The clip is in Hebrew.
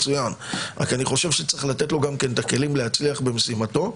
אבל אני חושב שצריך לתת לו את הכלים להצליח במשימתו,